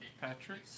Patrick